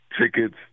tickets